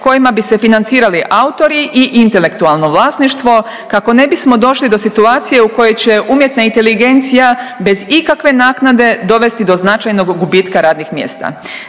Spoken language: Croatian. kojima bi se financirali autori i intelektualno vlasništvo kako ne bismo došli do situacije u kojoj će umjetna inteligencija bez ikakve naknade dovesti do značajnog gubitka radnih mjesta.